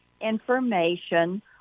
information